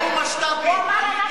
כולנו משת"פים,